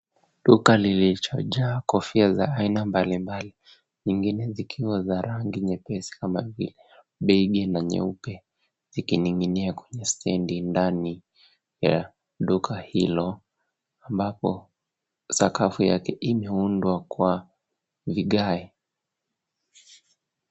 Duka lililojaa kofia za aina mbalimbali, zingine zikiwa na rangi nyepesi ama beige na nyeupe, zikining'inia kwenye stendi ndani ya duka hilo ambapo sakafu yake imeundwa kwa vigae.